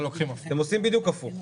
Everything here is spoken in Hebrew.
אתם עושים בדיוק הפוך.